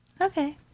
Okay